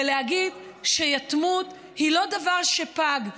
ולהגיד שיתמות היא לא דבר שפג.